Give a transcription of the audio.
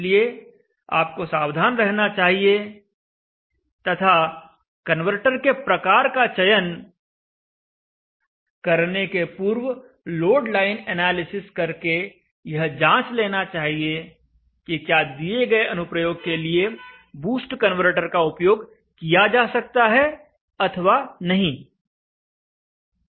इसलिए आपको सावधान रहना चाहिए तथा कन्वर्टर के प्रकार का चयन करने के पूर्व लोड लाइन एनालिसिस करके यह जांच लेना चाहिए कि क्या दिए गए अनुप्रयोग के लिए बूस्ट कन्वर्टर का उपयोग किया जा सकता है अथवा नहीं